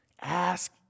ask